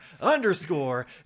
underscore